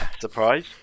Surprise